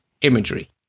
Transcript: imagery